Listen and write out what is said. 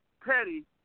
Petty